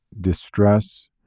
distress